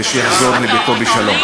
ושיחזור לביתו בשלום.